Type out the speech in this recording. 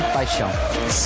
paixão